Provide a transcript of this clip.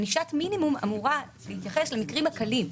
ענישת מינימום אמורה להתייחס למקרים הקלים,